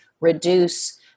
reduce